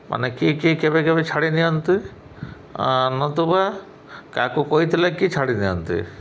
ମାନେ କିଏ କିଏ କେବେ କେବେ ଛାଡ଼ି ନିଅନ୍ତି ନତୁବା କାହାକୁ କହିଥିଲେ କିଏ ଛାଡ଼ି ନିିଅନ୍ତି